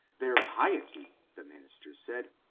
their piety, the minister said,